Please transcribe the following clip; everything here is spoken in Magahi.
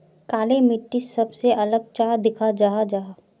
काली मिट्टी सबसे अलग चाँ दिखा जाहा जाहा?